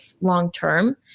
long-term